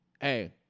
hey